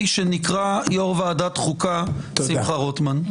שנקרא יו"ר ועדת חוקה שמחה רוטמן.